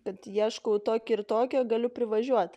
kad ieškau tokio ir tokio galiu privažiuot